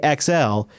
XL